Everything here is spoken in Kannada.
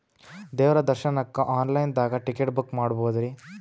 ದೇವ್ರ ದರ್ಶನಕ್ಕ ಆನ್ ಲೈನ್ ದಾಗ ಟಿಕೆಟ ಬುಕ್ಕ ಮಾಡ್ಬೊದ್ರಿ?